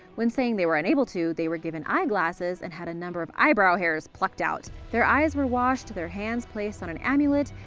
when saying they were unable to, they were given eyeglasses and had a number of eyebrow hairs plucked out. their eyes were washed, their hands placed on an amulet,